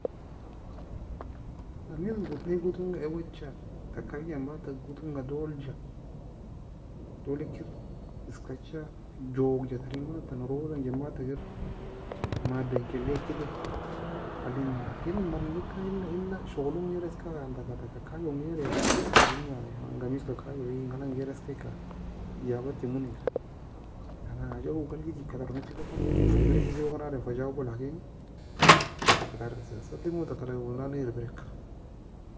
قميص قطني قطن ga aweicha ter karjei en badta قطن ga doalja doal ekir eskacha jogeja tern badra norod engi badta kir مادة enkelak edir alina لكن en maleika الا الا shogolo en غير eska يعني taka taka kayo en غير eska esk erbairemo, يعني قميص ka kayo engalag en غير eska eka اجابة temo, يعني حاجة uoe ga algijeka tern esigokan او uoen erbirae esigokan adem fa jawbo لكن ta ta sedigmo taka alag uoe nan ne erbiraka